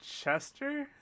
Chester